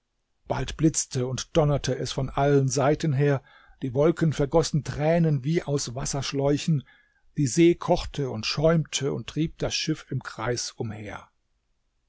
bald blitzte und donnerte es von allen seiten her die wolken vergossen tränen wie aus wasserschläuchen die see kochte und schäumte und trieb das schiff im kreis umher